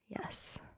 Yes